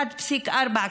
1.4%,